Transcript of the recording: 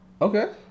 Okay